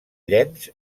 llenç